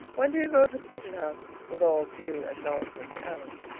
when do you go to the pigeon house with all due acknowledgment to ellen.